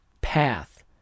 path